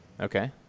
Okay